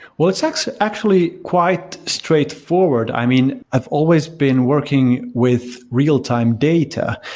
well it's actually actually quite straightforward. i mean, i've always been working with real-time data,